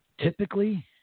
Typically